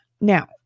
Now